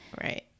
Right